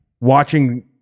watching